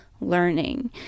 learning